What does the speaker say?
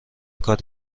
کار